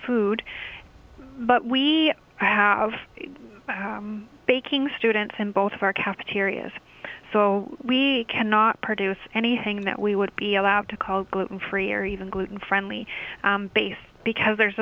food but we have baking students in both of our cafeterias so we cannot produce anything that we would be allowed to call gluten free or even gluten friendly based because there's